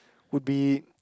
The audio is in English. would be